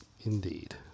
Indeed